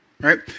Right